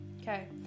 Okay